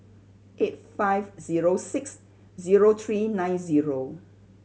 eight five zero six zero three nine zero